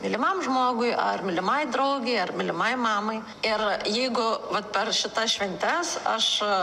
mylimam žmogui ar mylimai draugei ar mylimai mamai ir jeigu vat per šitas šventes aš